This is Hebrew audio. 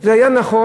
זה היה נכון,